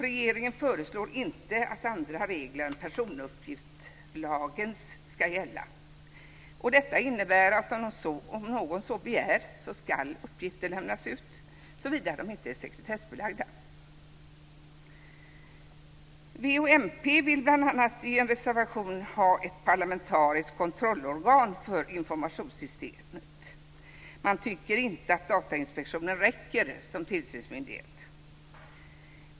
Regeringen föreslår inte att andra regler än personuppgiftslagens ska gälla. Detta innebär att om någon så begär ska uppgifter lämnas ut, såvida de inte är sekretessbelagda. Vänstern och Miljöpartiet vill bl.a. i en reservation ha ett parlamentariskt kontrollorgan för informationssystemet. Man tycker inte att Datainspektionen räcker som tillsynsmyndighet.